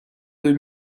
deux